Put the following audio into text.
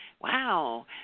Wow